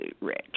rich